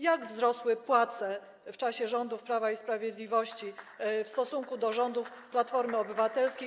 Jak wzrosły płace w czasie rządów Prawa i Sprawiedliwości w stosunku do rządów Platformy Obywatelskiej?